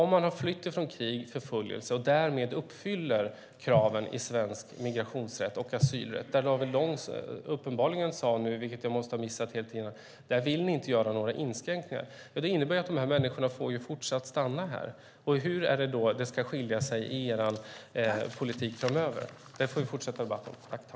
Man har flytt från krig och förföljelse och uppfyller därmed kraven i svensk migrationsrätt och asylrätt. David Lång sade nu, vilket jag måste ha missat helt tidigare, att man inte vill göra några inskränkningar där. Det innebär att de här människorna får stanna här. Hur ska det då skilja sig i er politik framöver? Vi får fortsätta debatten där.